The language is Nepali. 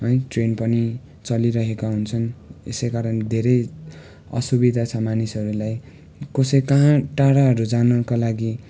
है ट्रेन पनि चलिरहेका हुन्छन् यसै कारण धेरै असुविधा छ मानिसहरूलाई कसै कहाँ टाढाहरू जानका लागि